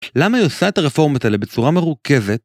למה היא עושה את הרפורמות האלה בצורה מרוכבת?